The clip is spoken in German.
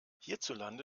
hierzulande